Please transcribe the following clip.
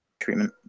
treatment